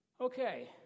Okay